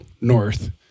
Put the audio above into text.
north